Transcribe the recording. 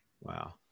Wow